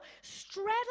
straddle